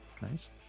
Nice